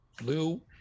blue